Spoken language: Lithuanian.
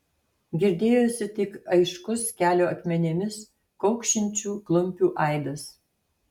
girdėjosi tik aiškus kelio akmenimis kaukšinčių klumpių aidas